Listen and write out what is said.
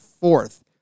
fourth